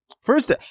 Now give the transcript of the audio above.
First